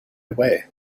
away